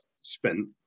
spent